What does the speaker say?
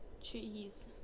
cheese